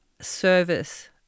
service